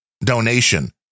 donation